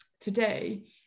today